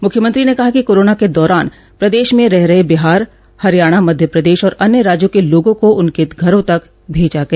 मुख्यमंत्री ने कहा कि कोरोना के दौरान प्रदेश में रह रहे बिहार हरियाणा मध्य प्रदेश और अन्य राज्यों के लोगों को उनके घरों तक भेजा गया